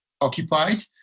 occupied